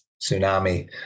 tsunami